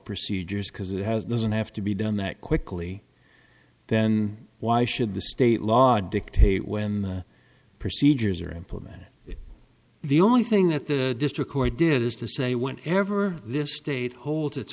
procedures because it has doesn't have to be done that quickly then why should the state law dictate when the procedures are implemented the only thing that the district court did is to say when ever this state hold